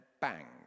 bang